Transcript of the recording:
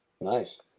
Nice